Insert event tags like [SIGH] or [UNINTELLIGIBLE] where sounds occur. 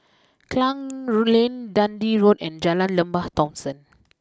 Klang [UNINTELLIGIBLE] Lane Dundee Road and Jalan Lembah Thomson